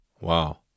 Wow